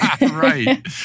Right